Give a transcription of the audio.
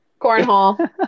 Cornhole